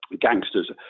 gangsters